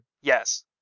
Yes